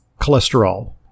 cholesterol